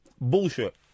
Bullshit